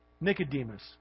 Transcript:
Nicodemus